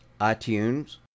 iTunes